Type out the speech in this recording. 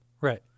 Right